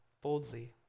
boldly